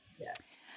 Yes